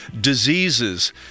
diseases